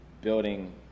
building